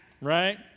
right